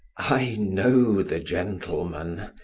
i know the gentleman!